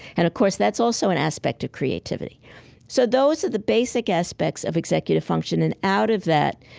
and of course, that's also an aspect of creativity so those are the basic aspects of executive function, and out of that,